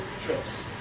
trips